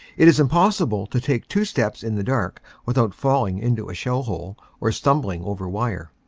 it is impossible to take two steps in the dark without falling into a shell hole or stumbling over wire.